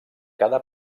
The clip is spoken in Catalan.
cada